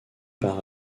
par